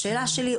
השאלה שלי,